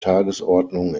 tagesordnung